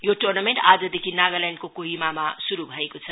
यो टोर्नामेन्ट आजदेखि नागाल्याण्डको कोहिमामा श्रु भएको छ